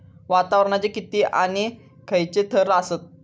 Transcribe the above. वातावरणाचे किती आणि खैयचे थर आसत?